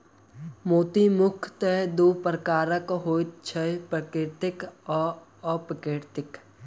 मोती मुखयतः दू प्रकारक होइत छै, प्राकृतिक आ अप्राकृतिक